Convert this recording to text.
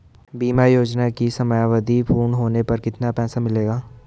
बीमा योजना की समयावधि पूर्ण होने पर कितना पैसा मिलेगा?